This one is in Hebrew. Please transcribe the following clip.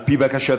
על-פי בקשת